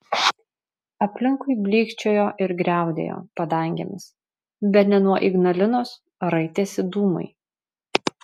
aplinkui blykčiojo ir griaudėjo padangėmis bene nuo ignalinos raitėsi dūmai